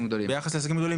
יש מחיר.